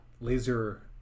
Laser